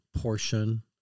portion